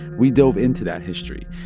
we delve into that history.